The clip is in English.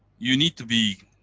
you need to be.